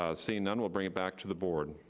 ah seeing none, we'll bring it back to the board.